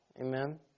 Amen